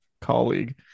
colleague